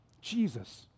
Jesus